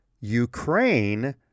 Ukraine